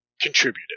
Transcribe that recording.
contributed